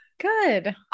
good